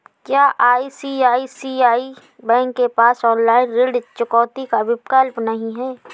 क्या ICICI bank के पास ऑनलाइन ऋण चुकौती का विकल्प नहीं है?